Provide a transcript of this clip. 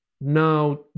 now